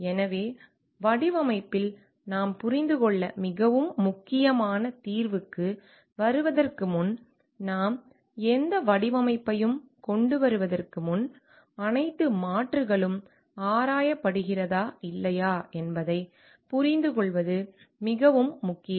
எனவே வடிவமைப்பில் நாம் புரிந்து கொள்ள மிகவும் முக்கியமான தீர்வுக்கு வருவதற்கு முன் நாம் எந்த வடிவமைப்பையும் கொண்டு வருவதற்கு முன் அனைத்து மாற்றுகளும் ஆராயப்படுகிறதா இல்லையா என்பதைப் புரிந்துகொள்வது மிகவும் முக்கியம்